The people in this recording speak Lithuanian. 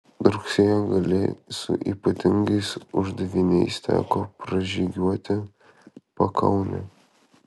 rugsėjo gale su ypatingais uždaviniais teko pražygiuoti pakaunę